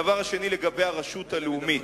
הדבר השני הוא בנושא הרשות הלאומית.